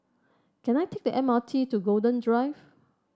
can I take the M R T to Golden Drive